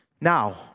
Now